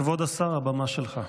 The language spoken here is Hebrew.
כבוד השר, הבמה שלך.